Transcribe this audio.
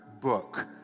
book